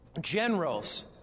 generals